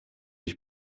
ich